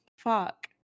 fuck